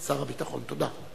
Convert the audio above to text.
תודה.